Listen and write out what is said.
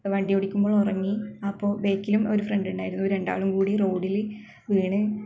വണ്ടി ഓടിക്കുമ്പോൾ ഉറങ്ങി അപ്പോൾ ബാക്കിലും ഒരു ഫ്രണ്ട് ഉണ്ടായിരുന്നു ഇവർ രണ്ടാളും കൂടി റോഡിൽ വീണു